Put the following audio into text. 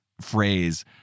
phrase